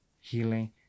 healing